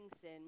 sin